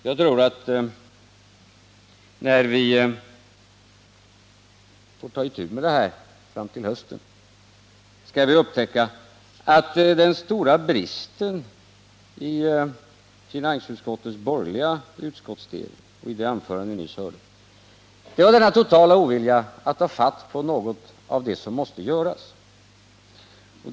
Jag tror att när vi får ta itu med detta fram till hösten skall vi upptäcka att den stora bristen i finansutskottets borgerliga utskottsdel och i det anförande vi nyss hörde är denna totala ovilja att ta itu med något av det som måste göras.